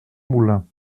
moulin